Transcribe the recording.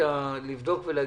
לבדוק ולהגיד?